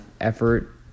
effort